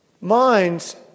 minds